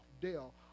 Dell